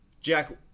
Jack